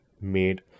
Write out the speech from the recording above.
made